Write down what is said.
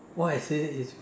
why I say that is